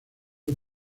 fue